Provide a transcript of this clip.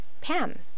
PAM